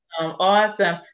Awesome